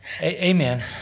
Amen